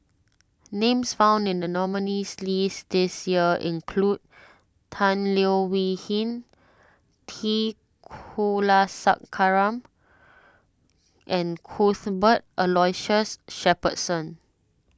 names found in the nominees' list this year include Tan Leo Wee Hin T Kulasekaram and Cuthbert Aloysius Shepherdson